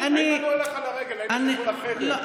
יעלה אליך לרגל, לא.